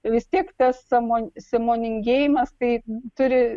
vis tiek tas sąmo sąmoningėjimas tai turi